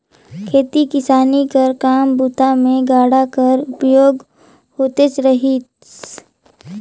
खेती किसानी कर काम बूता मे गाड़ा कर उपयोग होतेच रहिस